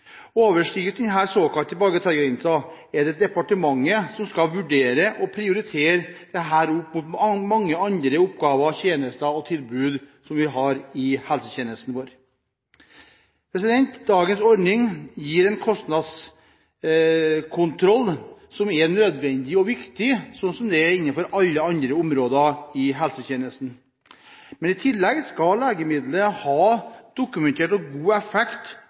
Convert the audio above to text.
såkalte bagatellgrensen, er det departementet som skal vurdere og prioritere dette opp mot mange andre oppgaver, tjenester og tilbud som vi har i helsetjenesten vår. Dagens ordning gir en kostnadskontroll som er nødvendig og viktig, sånn som det er innenfor alle andre områder i helsetjenesten. I tillegg skal legemidlet ha dokumentert god effekt